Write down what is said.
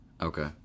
Okay